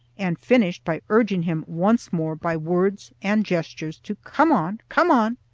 and finished by urging him once more by words and gestures to come on, come on.